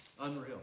Unreal